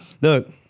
Look